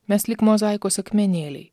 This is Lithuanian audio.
mes lyg mozaikos akmenėliai